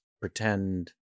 pretend